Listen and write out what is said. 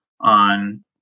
on